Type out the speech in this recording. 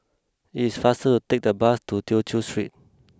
it is faster to take the bus to Tew Chew Street